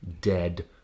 dead